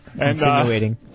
insinuating